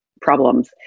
problems